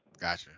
Gotcha